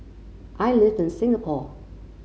I live in Singapore